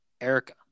Erica